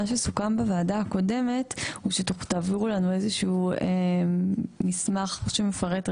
מה שסוכם בוועדה הקודמת הוא שתעבירו לנו איזשהו מסמך שמפרט,